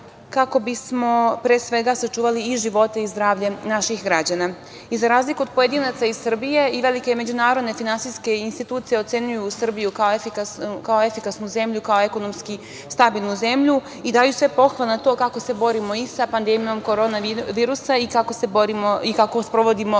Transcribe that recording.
kako bismo sačuvali i živote i zdravlje naših građana.Za razliku od pojedinaca iz Srbije, i velike međunarodne finansijske institucije ocenjuju Srbiju kao efikasnu zemlju, kao ekonomski stabilnu zemlju i daju sve pohvale na to kako se borimo i sa pandemijom korona virusa i kako sprovodimo